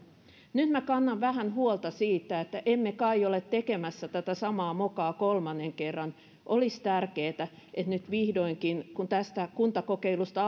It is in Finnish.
nyt minä kannan vähän huolta siitä että emme kai ole tekemässä tätä samaa mokaa kolmannen kerran olisi tärkeätä että nyt vihdoinkin kun tästä kuntakokeilusta